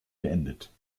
beendet